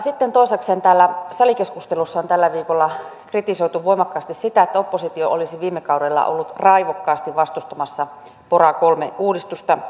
sitten toisekseen täällä salikeskustelussa on tällä viikolla kritisoitu voimakkaasti sitä että oppositio olisi viime kaudella ollut raivokkaasti vastustamassa pora iii uudistusta